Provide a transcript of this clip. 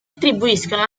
attribuiscono